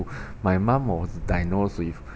my mum was diagnosed with